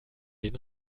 den